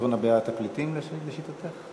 פתרון בעיית הפליטים, לשיטתכם?